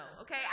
okay